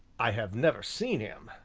i have never seen him,